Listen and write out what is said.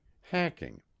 hacking